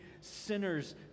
sinners